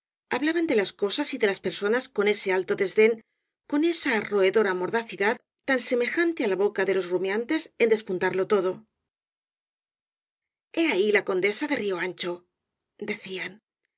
hablaban de las cosas y de las personas con ese alto desdén con esa roedora mordacidad tan semejante á la boca de los rumiantes en despuntarlo todo h e ahí la condesa de río ancho decían